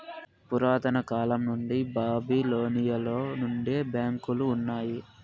పురాతన కాలం నుండి బాబిలోనియలో నుండే బ్యాంకులు ఉన్నాయి